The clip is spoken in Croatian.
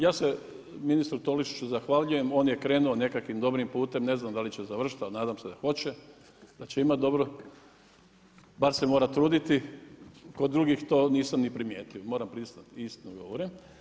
Ja se ministru Tolušiću zahvaljujem, on je krenuo nekakvim dobrim putem, ne znam da li će završiti, ali nadam se da hoće, da će imat dobro, bar se mora truditi, kod drugih nisam to ni primijetio, moram priznat, iskreno govorim.